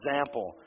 example